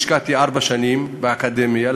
השקעתי ארבע שנים באקדמיה,